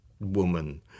woman